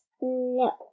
No